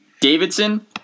Davidson